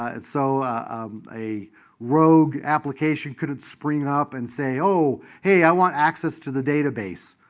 and so um a rogue application couldn't spring up and say, oh, hey, i want access to the database.